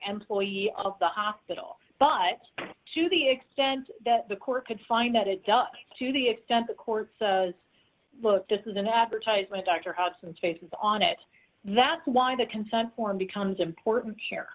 employee of the hospital but to the extent that the court could find that it does to the extent the court says look this is an advertisement dr house and cases on it that's why the consent form becomes important